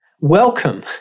Welcome